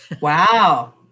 Wow